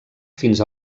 fins